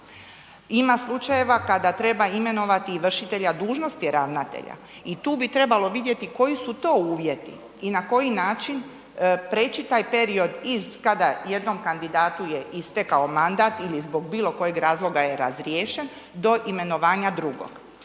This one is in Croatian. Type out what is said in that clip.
Ima slučajeva kada treba imenovati i vršitelja ravnatelja i tu bi trebalo vidjeti koji su to uvjeti i na koji način prijeći taj period iz kada je jednom kandidatu je istekao mandat ili zbog bilokojeg razloga je razriješen, do imenovanja drugog.